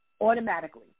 automatically